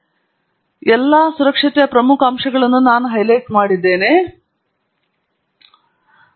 ಆದ್ದರಿಂದ ಈಗ ಒಮ್ಮೆ ನೀವು ನಿಯಂತ್ರಕವನ್ನು ಇರಿಸಿ ಕುತ್ತಿಗೆ ಸೂಕ್ಷ್ಮವಾದ ಪರಿಸ್ಥಿತಿಯಲ್ಲಿದೆ ಅಂದರೆ ಬಾಟಲಿಯು ಬೀಳುತ್ತಿದ್ದರೆ ಕುತ್ತಿಗೆ ಮುರಿಯುವುದಕ್ಕೆ ಒಂದು ಉತ್ತಮ ಅವಕಾಶವಿದೆ